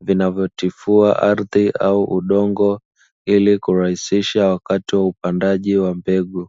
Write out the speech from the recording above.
vinavo tifua ardhi au udongo ili kurahisisha wakati wa upandaji wa mbegu.